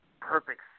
perfect